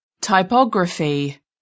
Typography